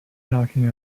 knocking